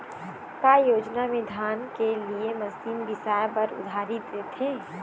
का योजना मे धान के लिए मशीन बिसाए बर उधारी देथे?